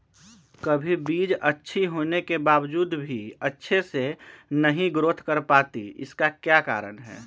कभी बीज अच्छी होने के बावजूद भी अच्छे से नहीं ग्रोथ कर पाती इसका क्या कारण है?